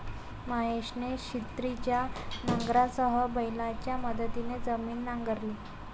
महेशने छिन्नीच्या नांगरासह बैलांच्या मदतीने जमीन नांगरली